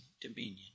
dominion